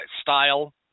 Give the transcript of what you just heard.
style